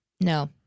No